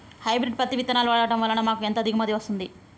Hybrid పత్తి విత్తనాలు వాడడం వలన మాకు ఎంత దిగుమతి వస్తుంది?